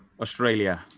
Australia